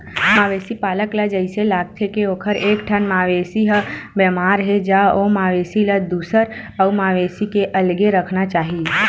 मवेशी पालक ल जइसे लागथे के ओखर एकठन मवेशी ह बेमार हे ज ओ मवेशी ल दूसर अउ मवेशी ले अलगे राखना चाही